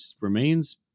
remains